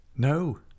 No